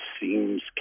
seems